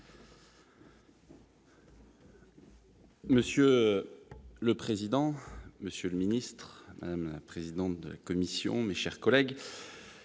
Monsieur le président, monsieur le ministre, madame la vice-présidente de la commission, mes chers collègues,